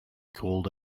called